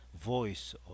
voice